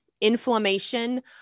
inflammation